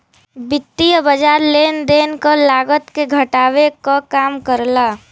वित्तीय बाज़ार लेन देन क लागत के घटावे क काम करला